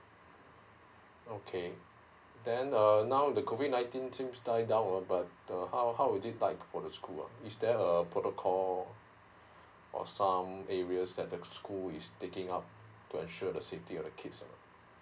okay then err now the COVID nineteen seems die down mm but uh how how it is like for the school orh is there a protocol or some areas that the school is taking up to ensure the safety of the kids err